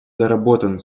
доработан